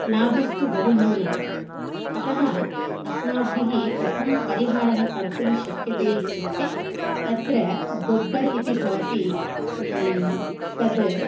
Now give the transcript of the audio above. लाभस्तु बहु न्यूनम् अतः अस्माभिः कथं परिहारः कर्तुं शक्यते इत्युक्ते तत्र गोब्बर् इति भवति तत्